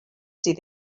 sydd